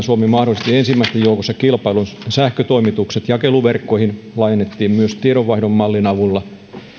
suomi mahdollisti ensimmäisten joukossa kilpailun sähkötoimitukset jakeluverkkoihin laajennettiin myös tiedonvaihdon mallin avulla